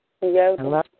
Hello